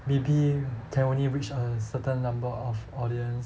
maybe can only reach a certain number of audience